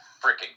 freaking